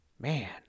Man